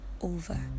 over